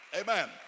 Amen